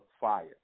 fire